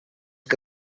que